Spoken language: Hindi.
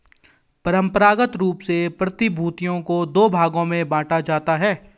परंपरागत रूप से प्रतिभूतियों को दो भागों में बांटा जाता है